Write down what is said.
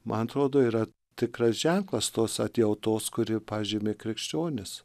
man atrodo yra tikras ženklas tos atjautos kuri pažymi krikščionis